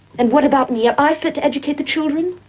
and what about me? am i fit to educate the children?